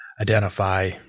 identify